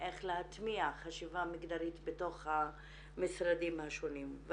איך להטמיע חשיבה מגדרית בתוך המשרדים השונים.